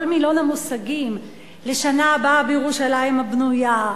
כל מילון המושגים: "לשנה הבאה בירושלים הבנויה",